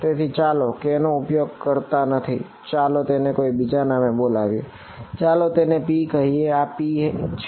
તેથી ચાલો k નો ઉપયોગ કરતા નથી ચાલો તેને કોઈ બીજા નામે બોલાવીએ ચાલો તેને p કહીએ આ p છે